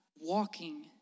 walking